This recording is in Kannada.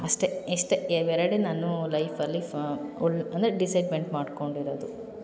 ಅಷ್ಟೇ ಇಷ್ಟೇ ಇವೆರಡೇ ನಾನು ಲೈಫಲ್ಲಿ ಫಾ ಒಳ್ ಅಂದರೆ ಡಿಸೈಡ್ಮೆಂಟ್ ಮಾಡಿಕೊಂಡಿರೋದು